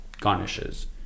garnishes